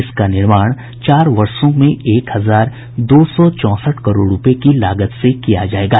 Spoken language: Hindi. इस का निर्माण चार वर्षो में एक हजार दो सौ चौंसठ करोड़ रूपये की लागत से किया जाएगा